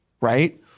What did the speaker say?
right